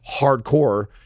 hardcore